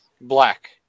Black